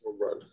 run